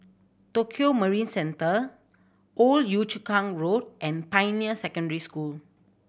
Tokio Marine Centre Old Yio Chu Kang Road and Pioneer Secondary School